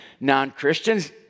non-Christians